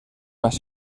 más